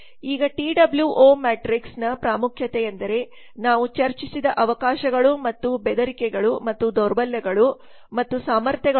ಈಗ T O W S ಮ್ಯಾಟ್ರಿಕ್ಸ್ನ ಪ್ರಾಮುಖ್ಯತೆಯೆಂದರೆ ನಾವು ಚರ್ಚಿಸಿದ ಅವಕಾಶಗಳು ಮತ್ತು ಬೆದರಿಕೆಗಳು ಮತ್ತು ದೌರ್ಬಲ್ಯಗಳು ಮತ್ತು ಸಾಮರ್ಥ್ಯಗಳೊಂದಿಗೆ